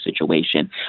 situation